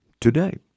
today